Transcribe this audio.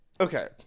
okay